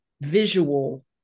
visual